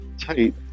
tight